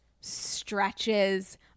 stretches